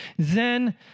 Zen